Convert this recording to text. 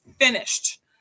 finished